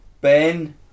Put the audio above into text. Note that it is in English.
Ben